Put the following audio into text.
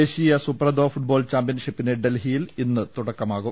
ദേശീയ സുബ്രതോ ഫുട്ബോൾ ചാമ്പ്യൻഷിപ്പിന് ഡൽഹി യിൽ ഇന്ന് തുടക്കമാകും